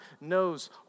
knows